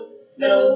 no